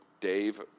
Dave